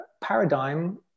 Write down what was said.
paradigm